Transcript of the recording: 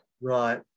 Right